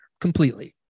completely